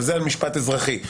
זה משפט אזרחי.